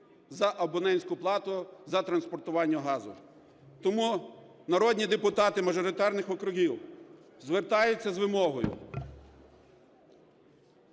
за абонентську плату за транспортування газу. Тому народні депутати мажоритарних округів звертаються з вимогою